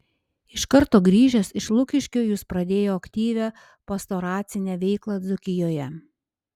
iš karto grįžęs iš lukiškių jis pradėjo aktyvią pastoracinę veiklą dzūkijoje